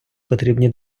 потрібні